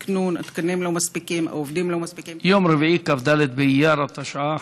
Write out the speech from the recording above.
היום יום רביעי, כ"ד באייר התשע"ח,